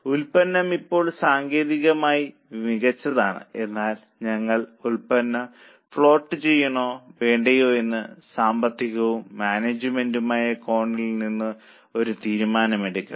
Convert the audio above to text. ഉൽപ്പന്നം ഇപ്പോൾ സാങ്കേതികമായി മികച്ചതാണ് എന്നാൽ ഞങ്ങൾ ഉൽപ്പന്നം ഫ്ലോട്ട് ചെയ്യണോ വേണ്ടയോ എന്ന് സാമ്പത്തികവും മാനേജുമെന്റും ആയ കോണിൽ നിന്ന് ഒരു തീരുമാനം എടുക്കണം